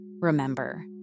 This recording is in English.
remember